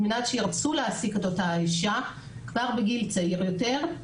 על מנת שירצו להעסיק את אותה אישה כבר בגיל צעיר יותר.